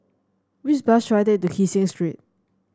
which bus should I take to Kee Seng Street